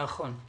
נכון.